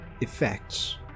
effects